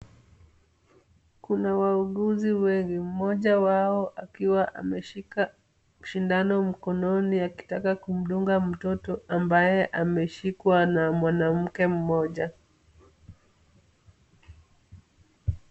Kuna wauguzi wengi, mmoja wao akiwa ameshika sindano mkononi akitaka kumdunga mtoto ambaye ameshikwa na mwanamke mmoja.